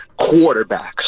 quarterbacks